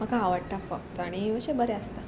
म्हाका आवडटा फक्त आनी अशें बरें आसता